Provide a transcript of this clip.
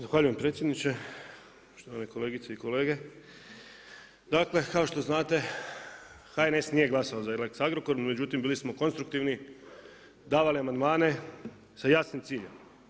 Zahvaljujem predsjedniče, štovane kolegice i kolege Dakle, kao što znate HNS nije glasao za lex Agrokor, međutim bili smo konstruktivni, davali amandmane sa jasnim ciljem.